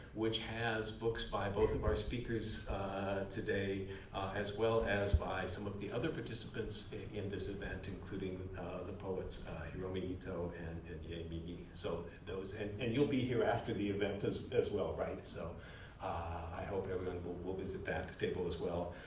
which has books by both of our speakers today as well as by some of the other participants in this event, including the the poets hiromi ito and ye mimi. so and and you'll be here after the event as as well, right? so i hope everyone but will that that table as well.